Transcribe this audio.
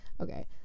okay